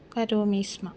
करोमि स्म